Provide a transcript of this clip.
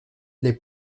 les